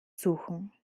suchen